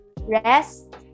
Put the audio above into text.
rest